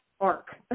arc